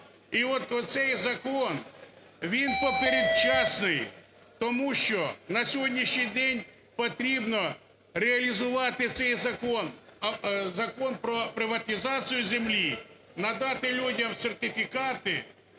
от оцей закон, він попередчасний, тому що на сьогоднішній день потрібно реалізувати цей закон, а Закон про приватизацію землі, надати людям сертифікати,